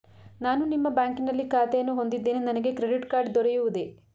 ನಾನು ನಿಮ್ಮ ಬ್ಯಾಂಕಿನಲ್ಲಿ ಖಾತೆಯನ್ನು ಹೊಂದಿದ್ದೇನೆ ನನಗೆ ಕ್ರೆಡಿಟ್ ಕಾರ್ಡ್ ದೊರೆಯುವುದೇ?